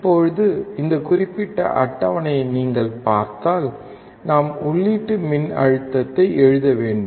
இப்போது இந்தக் குறிப்பிட்ட அட்டவணையை நீங்கள் பார்த்தால் நாம் உள்ளீட்டு மின்னழுத்தத்தை எழுத வேண்டும்